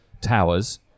towers